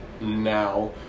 Now